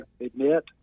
admit